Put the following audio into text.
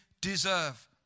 deserve